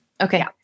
Okay